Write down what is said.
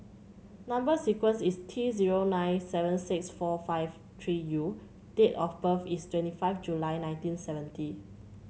number sequence is T zero nine seven six four five three U date of birth is twenty five July nineteen seventy